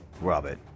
Robert